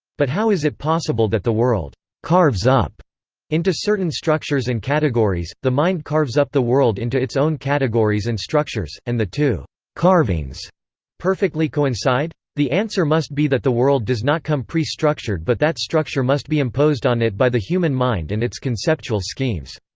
but how is it possible that the world carves up into certain structures and categories, the mind carves up the world into its own categories and structures, and the two carvings perfectly coincide? the answer must be that the world does not come pre-structured but that structure must be imposed on it by the human mind and its conceptual schemes.